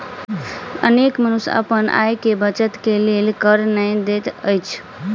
अनेक मनुष्य अपन आय के बचत के लेल कर नै दैत अछि